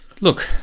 Look